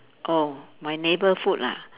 oh my neighbour food ah